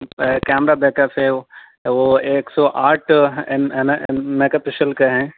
camera backup ہے وہ وہ ایک سو آٹھ میگا پکسل کے ہیں